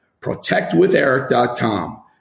protectwitheric.com